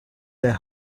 their